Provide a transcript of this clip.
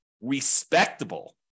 respectable